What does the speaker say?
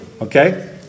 okay